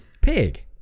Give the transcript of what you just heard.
pig